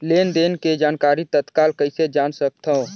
लेन देन के जानकारी तत्काल कइसे जान सकथव?